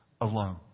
alone